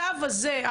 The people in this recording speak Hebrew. הצו הזה,